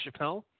Chappelle